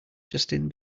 justin